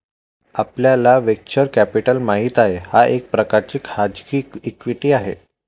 आपल्याला venture capital माहित आहे, हा एक प्रकारचा खाजगी इक्विटी आहे